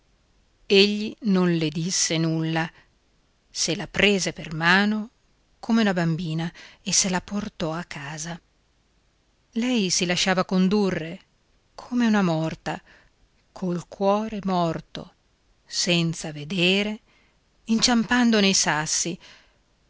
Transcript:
egli non le disse nulla se la prese per mano come una bambina e se la portò a casa lei si lasciava condurre come una morta col cuore morto senza vedere inciampando nei sassi